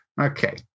Okay